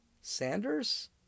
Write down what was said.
Sanders